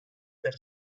per